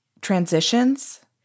transitions